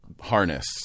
harness